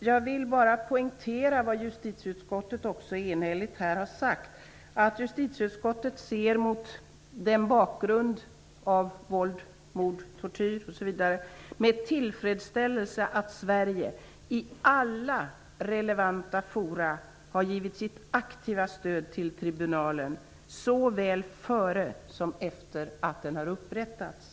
Jag vill poängtera vad justitieutskottet också enhälligt har sagt. Justitieutskottet ser mot den bakgrund av våld, mord, tortyr osv. med tillfredsställelse att Sverige i alla relevanta fora har givit sitt aktiva stöd till tribunalen både före och efter det att den upprättades.